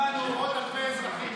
מאות אלפי אזרחים,